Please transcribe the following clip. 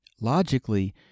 logically